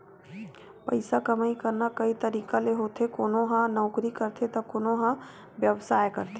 पइसा कमई करना कइ तरिका ले होथे कोनो ह नउकरी करथे त कोनो ह बेवसाय करथे